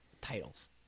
titles